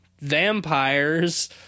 vampires